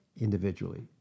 individually